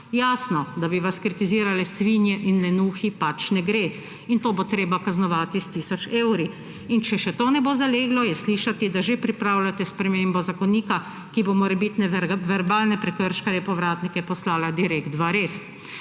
Jasno, da bi vas kritizirale svinje in lenuhi, pač ne gre, in to bo treba kaznovati s tisoč evri. In če še to ne bo zaleglo, je slišati, da že pripravljate spremembo zakonika, ki bo morebitne verbalne prekrškarje, povratnike, poslala direkt v arest.